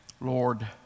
Lord